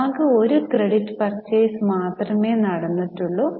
ആകെ ഒരു credit purchase മാത്രമേ നടന്നിട്ടുള്ളു